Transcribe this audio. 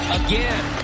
again